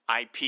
IP